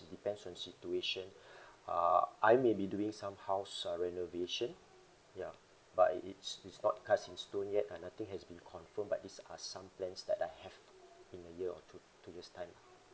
it depends on situation uh I may be doing some house uh renovation ya but it it's it's not cast in stone yet uh nothing has been confirmed but these are some plans that I have in a year or two two years time ah